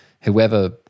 whoever